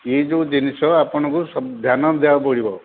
ଏଇ ଯେଉଁ ଜିନିଷ ଆପଣଙ୍କୁ ସବୁ ଧ୍ୟାନ ଦେବାକୁ ପଡ଼ିବ